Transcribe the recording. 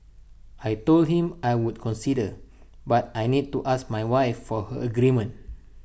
I Told him I would consider but I need to ask my wife for her agreement